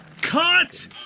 Cut